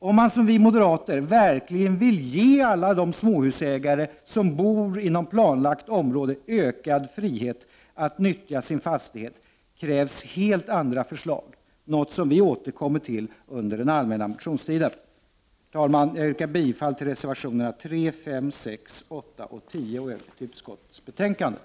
Om man, som vi moderater, verkligen vill ge alla de småhusägare som bor inom planlagt område ökad frihet att nyttja sin fastighet, krävs helt andra förslag, något som vi återkommer till under den allmänna motionstiden. Herr talman! Jag yrkar bifall till reservationerna 3, 5, 6, 8 och 10 samt i övrigt till utskottets hemställan.